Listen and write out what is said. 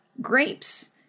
grapes